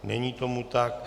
Není tomu tak.